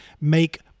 make